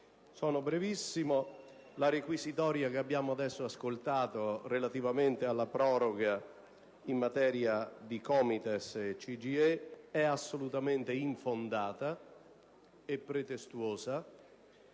La requisitoria che abbiamo adesso ascoltato relativamente alla proroga in materia di COMITES e CGIE è assolutamente infondata e pretestuosa;